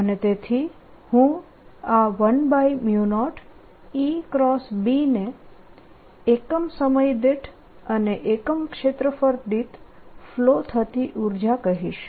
અને તેથી હું આ 10 ને એકમ સમય દીઠ અને એકમ ક્ષેત્રફળ દીઠ ફ્લો થતી ઉર્જા કહીશ